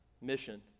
mission